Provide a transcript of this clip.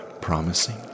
promising